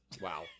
Wow